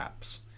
apps